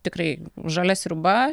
tikrai žalia sriuba